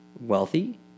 wealthy